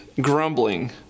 grumbling